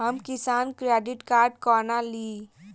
हम किसान credit card कोना ली?